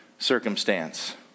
circumstance